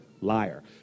liar